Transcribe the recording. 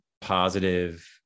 positive